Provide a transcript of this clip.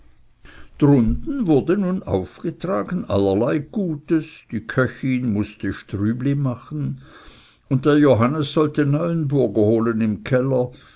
drunten wurde nun auf getragen allerlei gutes die köchin mußte strübli machen und der johannes sollte neuenburger holen im keller